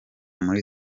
muri